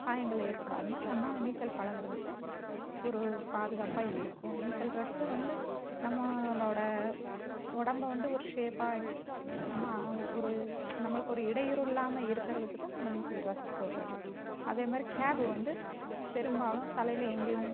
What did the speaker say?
காயங்கள் ஏற்படாமல் நம்ம நீச்சல் பழகுறதுக்கு ஒரு பாதுகாப்பாக இருக்கும் நீச்சல் ட்ரஸ்ஸு வந்து நம்மளோட உடம்ப வந்து ஒரு ஷேப்பாக ஆக்கி நம்ம ஒரு நம்மளுக்கு ஒரு இடையூறு இல்லாமல் இருக்குறதுக்கும் தான் நம்ம நீச்சல் ட்ரஸ் போடுறது அதேமாதிரி கேபு வந்து பெரும்பாலும் தலையில் எங்கேயும்